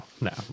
no